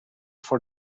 for